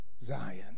Zion